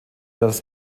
dass